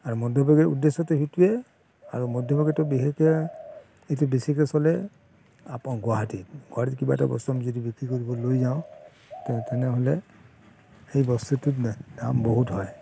আৰু মধ্যভোগীৰ উদ্দেশ্যটো সেইটোৱে আৰু মধ্যভোগীটো বিশেষকৈ এইটো বেছিকৈ চলে আপোনাৰ গুৱাহাটীত গুৱাহাটীত কিবা এটা বস্তু আমি যদি বিক্ৰী কৰিব লৈ যাওঁ তেন তেনেহ'লে সেই বস্তুটোৰ দাম বহুত হয়